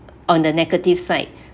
on the negative side